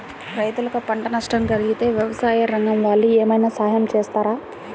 రైతులకు పంట నష్టం కలిగితే వ్యవసాయ రంగం వాళ్ళు ఏమైనా సహాయం చేస్తారా?